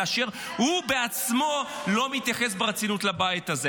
כאשר הוא בעצמו לא מתייחס ברצינות לבית הזה?